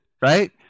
Right